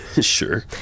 Sure